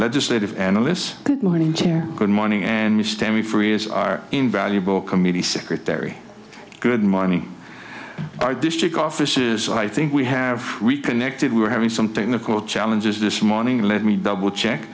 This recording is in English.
legislative analyst's good morning and me standing for years are invaluable committee secretary good money by district offices i think we have reconnected we're having some technical challenges this morning let me double check